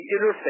interface